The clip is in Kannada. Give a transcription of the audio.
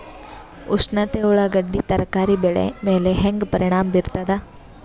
ಉಷ್ಣತೆ ಉಳ್ಳಾಗಡ್ಡಿ ತರಕಾರಿ ಬೆಳೆ ಮೇಲೆ ಹೇಂಗ ಪರಿಣಾಮ ಬೀರತದ?